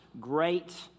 great